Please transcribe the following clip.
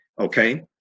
Okay